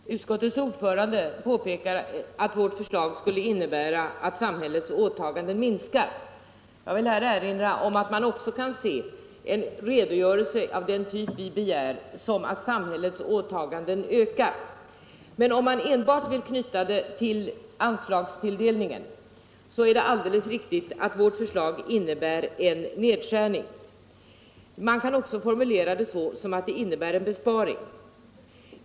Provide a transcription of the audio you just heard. Herr talman! Utskottets ordförande påpekade att vårt förslag skulle innebära att samhällets åtaganden minskar. Jag vill erinra om att man också kan se en redogörelse av den typ vi begär som att samhällets åtaganden ökar. Men om man enbart vill knyta vårt förslag till anslagstilldelningen är det alldeles riktigt att det innebär en nedskärning. Man kan också formulera det så som att det innebär en besparing.